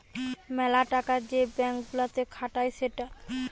মেলা টাকা যে ব্যাঙ্ক গুলাতে খাটায় সেটা